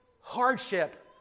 hardship